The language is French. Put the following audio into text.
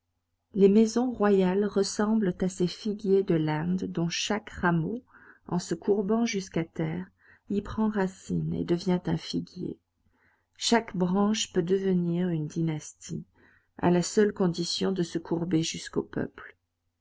les maisons royales ressemblent à ces figuiers de l'inde dont chaque rameau en se courbant jusqu'à terre y prend racine et devient un figuier chaque branche peut devenir une dynastie à la seule condition de se courber jusqu'au peuple